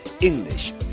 english